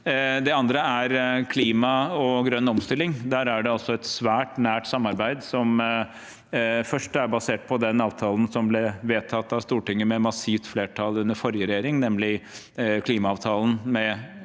Det andre er klima og grønn omstilling. Der er det et svært nært samarbeid som for det første er basert på den avtalen som ble vedtatt av Stortinget med massivt flertall under forrige regjering, nemlig klimaavtalen